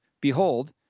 behold